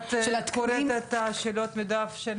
את קוראת את השאלות מדף של הוועדה?